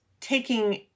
taking